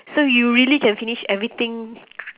so you really can finish everything